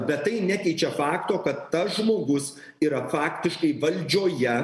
tai yra bet tai nekeičia fakto kad tas žmogus yra faktiškai valdžioje